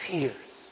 Tears